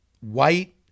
white